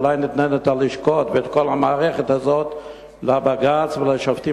אולי ניתן את הלשכות ואת כל המערכת הזאת לבג"ץ ולשופטים